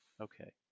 Okay